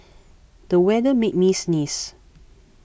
the weather made me sneeze